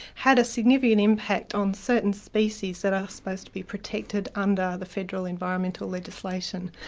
had a significant impact on certain species that are supposed to be protected under the federal environmental legislation.